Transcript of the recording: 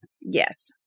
Yes